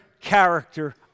character